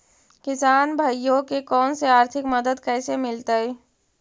किसान भाइयोके कोन से आर्थिक मदत कैसे मीलतय?